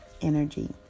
energy